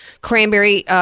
cranberry